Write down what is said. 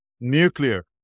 Nuclear